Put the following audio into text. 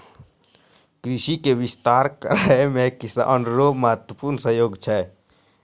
कृषि के विस्तार करै मे किसान रो महत्वपूर्ण सहयोग छै